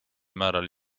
määral